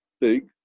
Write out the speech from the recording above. big